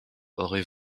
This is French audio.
avaient